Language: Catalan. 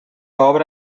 obra